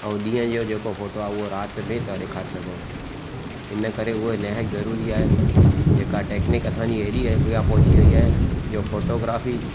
ऐं ॾींह जो जेको फोटो आहे उहो रात में था ॾिखारे सघूं हिन करे उहो नाहिक ज़रुरी आहे जेका टेक्निक असां जी ऐॾी अॻियां पहुंची वई आहे जो फोटोग्राफ़ी